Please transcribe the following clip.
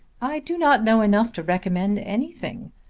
i do not know enough to recommend anything.